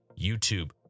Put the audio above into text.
YouTube